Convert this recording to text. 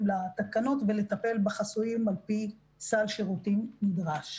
לתקנות ולטפל בחסויים על פי סל שירותים נדרש.